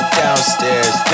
downstairs